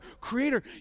creator